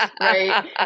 right